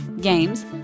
games